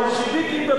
בולשביקית בפעולה.